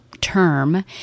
term